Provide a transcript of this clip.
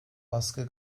baskı